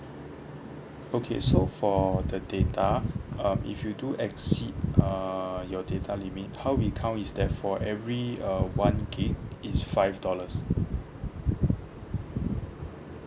okay so for the data um if you do exceed err your data limit how we count is that for every uh one gigabyte it's five dollars